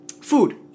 food